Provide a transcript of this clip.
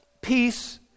Peace